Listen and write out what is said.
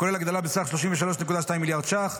הכולל הגדלה בסך 33.2 מיליארד ש"ח.